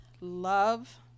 love